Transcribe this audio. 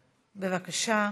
בבקשה.